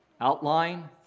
outline